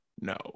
no